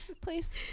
Please